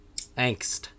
angst